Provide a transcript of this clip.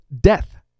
death